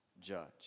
judge